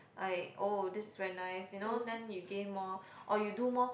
like oh this is very nice you know then you gain more or you do more